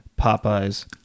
Popeyes